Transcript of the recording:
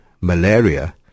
malaria